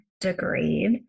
degrade